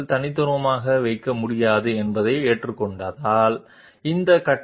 So I draw the normal this suppose is the radius of the tool so I can draw a circle and this is my cutter position